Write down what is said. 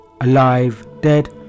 alive-dead